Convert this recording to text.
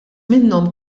minnhom